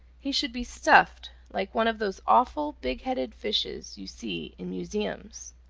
he should be stuffed like one of those awful big-headed fishes you see in museums.